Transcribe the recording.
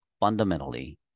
fundamentally